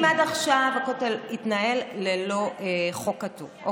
אם עד עכשיו הכותל התנהל ללא חוק כתוב,